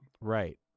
Right